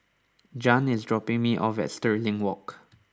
Jann is dropping me off at Stirling Walk